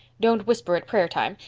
don't whisper at prayer time,